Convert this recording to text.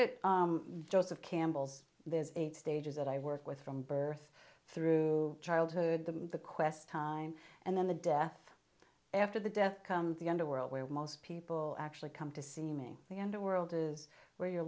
of campbell's there's a stages that i work with from birth through childhood to the quest time and then the death after the death come the underworld where most people actually come to see me the underworld is where you're